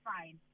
fine